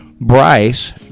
Bryce